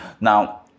Now